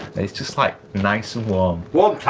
it's just like, nice and warm warm